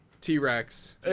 T-Rex